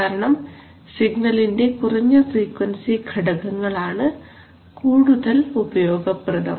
കാരണം സിഗ്നലിന്റെ കുറഞ്ഞ ഫ്രീക്വൻസി ഘടകങ്ങൾ ആണ് കൂടുതൽ ഉപയോഗപ്രദം